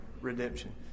redemption